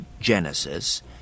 Genesis